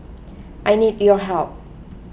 I need your help